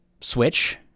switch